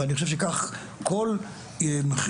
אני חושב שכך כל חברה,